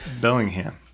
Bellingham